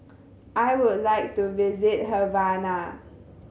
I would like to visit Havana